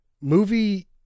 movie